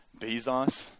Bezos